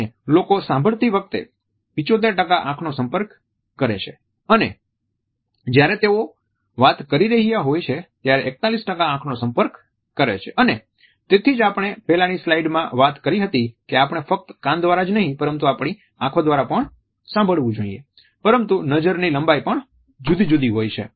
અને લોકો સાંભળતી વખતે 75 આંખનો સંપર્ક કરે છે અને જ્યારે તેઓ વાત કરી રહ્યા હોય છે ત્યારે 41 આંખ નો સંપર્ક કરે છે અને તેથી જ આપણે પેલાની સ્લાઈડ્સ માં વાત કરી હતી કે આપણે ફ્કત કાન દ્વારા જ નહીં પરંતુ આપણી આંખો દ્વારા પણ સાંભળવું જોઈએ પરંતુ નજરની લંબાઈ પણ જુદી જુદી હોય છે